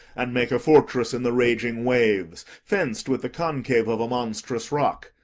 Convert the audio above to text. and make a fortress in the raging waves, fenc'd with the concave of a monstrous rock,